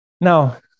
Now